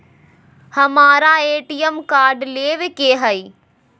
हमारा ATM card लेव के हई